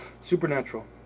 Supernatural